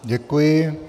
Děkuji.